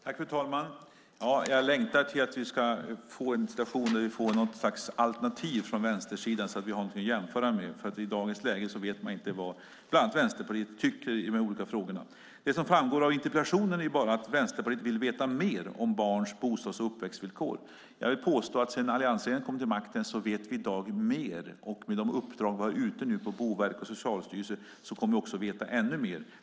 Fru talman! Jag längtar till att vi ska få en situation där vi får något slags alternativ från vänstersidan så att vi har något att jämföra med. I dagens läge vet man inte vad bland annat Vänsterpartiet tycker i de olika frågorna. Det som framgår av interpellationen är bara att Vänsterpartiet vill veta mer om barns bostads och uppväxtvillkor. Jag vill påstå att sedan alliansregeringen kom till makten vet vi i dag mer. Med de uppdrag som vi har ute på Boverket och Socialstyrelsen kommer vi att veta ännu mer.